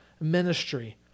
ministry